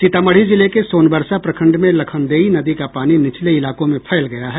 सीतामढ़ी जिले के सोनबरसा प्रखंड में लखनदेई नदी का पानी निचले इलाकों में फैल गया है